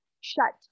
shut